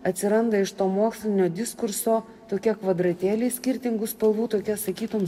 atsiranda iš to mokslinio diskurso tokie kvadratėliai skirtingų spalvų tokia sakytum